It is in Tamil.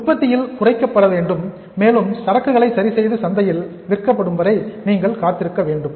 உற்பத்தியில் குறைக்கப்பட வேண்டும் மேலும் சரக்குகளை சரிசெய்து சந்தையில் விற்கப்படும் வரை நீங்கள் காத்திருக்க வேண்டும்